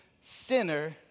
sinner